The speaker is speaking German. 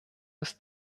ist